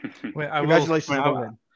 Congratulations